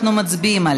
אילן גילאון,